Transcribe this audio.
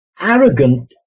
arrogant